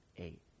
Eight